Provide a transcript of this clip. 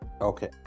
Okay